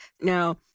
Now